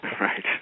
Right